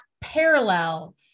parallel